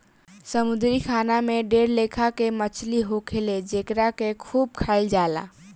समुंद्री खाना में ढेर लेखा के मछली होखेले जेकरा के खूब खाइल जाला